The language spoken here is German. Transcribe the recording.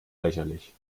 lächerlich